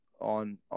on